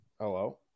hello